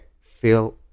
feel